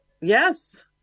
Yes